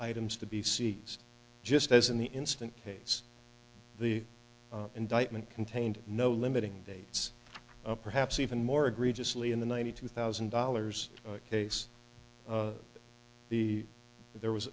items to be seeds just as in the instant hates the indictment contained no limiting dates perhaps even more egregious lee in the ninety two thousand dollars case of the there was